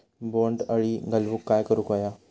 बोंड अळी घालवूक काय करू व्हया?